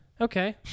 Okay